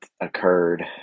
occurred